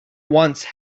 once